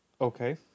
Okay